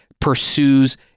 pursues